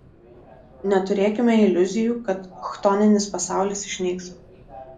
neturėkime iliuzijų kad chtoninis pasaulis išnyks